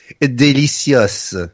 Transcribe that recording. delicious